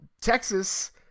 Texas